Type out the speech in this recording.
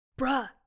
Bruh